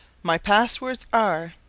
my pass-words are,